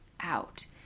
out